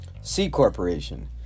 C-Corporation